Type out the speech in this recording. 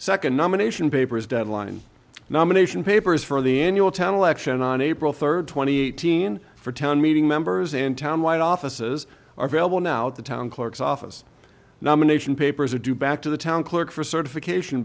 second nomination papers deadline nomination papers for the annual town election on april third twenty eighteen for town meeting members and town wide offices are available now the town clerk's office nomination papers are due back to the town clerk for certification